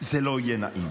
זה לא יהיה נעים.